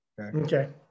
Okay